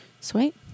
Sweet